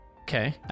Okay